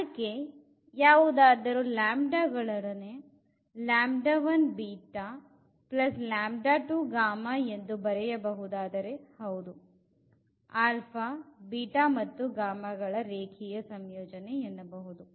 ಅದಕ್ಕೆ ಯಾವುದಾದರು λ ಗಳೊಡನೆ ಎಂದು ಬರೆಯ ಬಹುದಾದರೆ ಹೌದು ಗಳ ರೇಖೀಯ ಸಂಯೋಜನೆ ಎನ್ನಬಹುದು